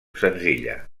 senzilla